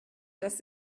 das